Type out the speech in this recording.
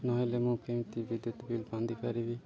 ନହେଲେ ମୁଁ କେମିତି ବିଦ୍ୟୁତ୍ ବିଲ୍ ବାନ୍ଧିପାରିବି